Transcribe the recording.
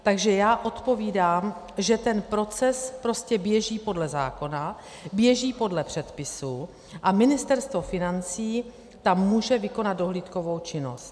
Takže já odpovídám, že ten proces prostě běží podle zákona, běží podle předpisů a Ministerstvo financí tam může vykonat dohlídkovou činnost.